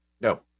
no